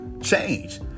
change